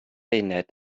uned